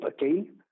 again